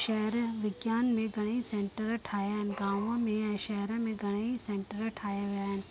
शहर विज्ञान में घणेई सैंटर ठाहियां आहिनि गांव में ऐं शहर में घणेई सैंटर ठाहियां विया आहिनि